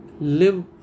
live